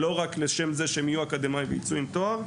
לא רק לשם זה שיהיו אקדמאים ויצאו עם תואר.